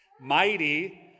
mighty